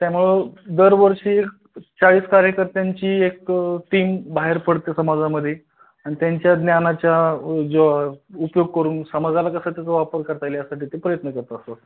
त्यामुळं दरवर्षी चाळीस कार्यकर्त्यांची एक टीम बाहेर पडते समाजामध्ये आणि त्यांच्या ज्ञानाचा जो उपयोग करून समाजाला कसं त्याचा वापर करता येईल यासाठी तो प्रयत्न करत असत असं